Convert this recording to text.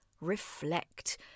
reflect